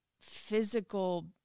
physical